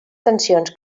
tensions